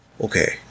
Okay